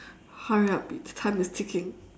hurry up it's time is ticking